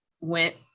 went